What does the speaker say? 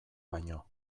baino